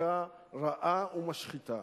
חקיקה רעה ומשחיתה.